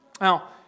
Now